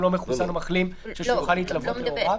לא מחוסן או מחלים בשביל שהוא יוכל להתלוות להוריו?